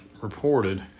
reported